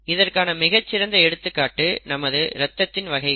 இதற்கான மிகச் சிறந்த எடுத்துக்காட்டு நமது ரத்தத்தின் வகைகள்